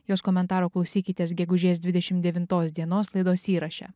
jos komentaro klausykitės gegužės dvidešimt devintos dienos laidos įraše